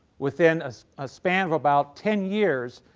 with in a ah span of about ten years,